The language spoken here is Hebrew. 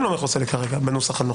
זה גם לא מכוסה לי בנוסח הנוכחי.